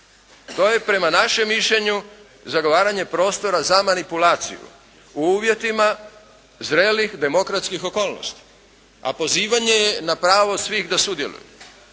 To je prema našem mišljenju zagovaranje prostora za manipulaciju u uvjetima zrelih demokratskih okolnosti. A pozivanje je na pravo svih da sudjeluju.